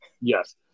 Yes